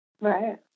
Right